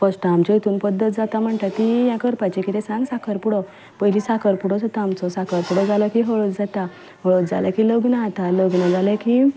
first आमच्या हितून पद्दत जाता म्हणटा ती हें करपाची किदें सांग साकरपुडो पयलीं साकरपुडो जात आमचो साकरपुडो जालो की हळद जाता हळद जालें की लग्न जाता लग्न जालें की